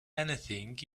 anything